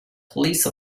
police